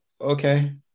Okay